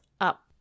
up